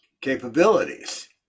capabilities